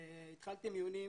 התחלתי מיונים